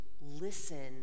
listen